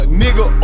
nigga